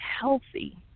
healthy